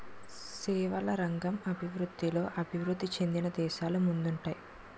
సేవల రంగం అభివృద్ధిలో అభివృద్ధి చెందిన దేశాలు ముందుంటాయి